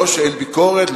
לא שאין ביקורת,